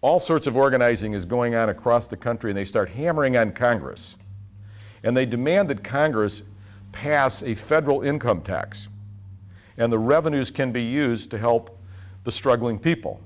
all sorts of organizing is going on across the country they start hammering on congress and they demand that congress pass a federal income tax and the revenues can be used to help the struggling people